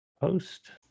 post